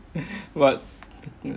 what